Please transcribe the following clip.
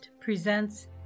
presents